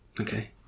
Okay